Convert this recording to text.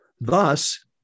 Thus